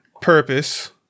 purpose